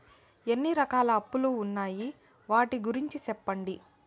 ఎన్ని రకాల అప్పులు ఉన్నాయి? వాటి గురించి సెప్పండి?